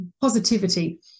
positivity